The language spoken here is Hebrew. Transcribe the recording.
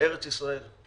ארץ ישראל.